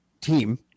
team